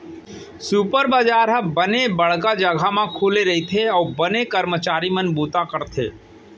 super बजार ह बने बड़का जघा म खुले रइथे अउ बने करमचारी मन बूता करथे